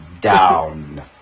down